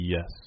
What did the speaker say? Yes